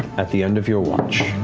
at the end of your watch,